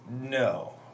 No